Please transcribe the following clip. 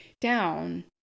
down